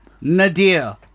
Nadir